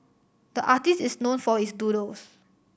the artist is known for his doodles